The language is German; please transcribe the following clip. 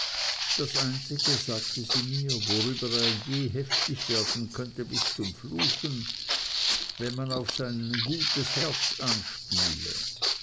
das einzige sagte sie mir worüber er je heftig werden könnte bis zum fluchen wäre wenn man auf sein gutes herz anspiele